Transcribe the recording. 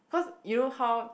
cause you know how